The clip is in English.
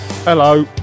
Hello